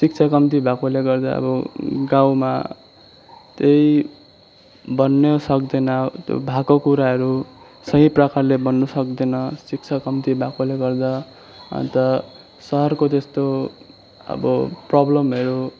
शिक्षा कम्ती भएकोले गर्दा अब गाउँमा त्यही भन्न सक्दैन भएको कुराहरू सही प्रकारले भन्न सक्दैन शिक्षा कम्ती भएकोले गर्दा अन्त सहरको जस्तो अब प्रब्लमहरू